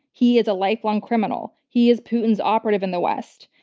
he is a lifelong criminal. he is putin's operative in the west,